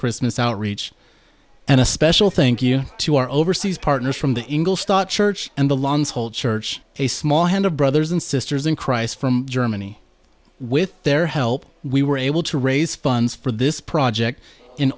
christmas outreach and a special think you to our overseas partners from the ingle star church and the lawns whole church a small hand of brothers and sisters in christ from germany with their help we were able to raise funds for this project in